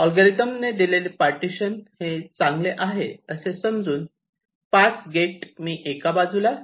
algorithm ने दिलेले partition हे चांगले आहे असे समजून पाच गेट मी एका बाजूला